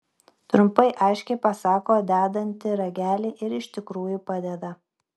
trumpai aiškiai pasako dedanti ragelį ir iš tikrųjų padeda